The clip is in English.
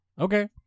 Okay